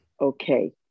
okay